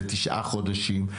לתשעה חודשים,